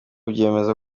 byemeza